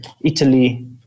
Italy